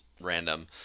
random